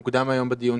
מוקדם היום בדיון,